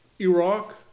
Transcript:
Iraq